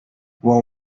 will